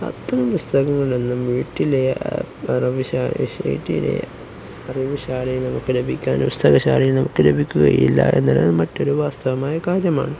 അത്തരം പുസ്തകങ്ങളൊന്നും വീട്ടിലെ വീട്ടിലെ അറിവുശാലയിൽ നമുക്ക് ലഭിക്കാന് പുസ്തകശാലയിൽ നമുക്ക് ലഭിക്കുകയില്ല എന്നതു മറ്റൊരു വാസ്തവമായ കാര്യമാണ്